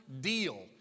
deal